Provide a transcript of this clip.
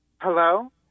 Hello